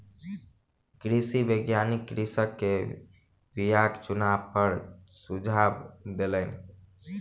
कृषि वैज्ञानिक कृषक के बीयाक चुनाव पर सुझाव देलैन